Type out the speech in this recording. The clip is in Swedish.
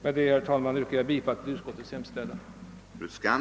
Med det sagda ber jag att få yrka bifall till utskottets hemställan.